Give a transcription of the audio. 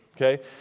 okay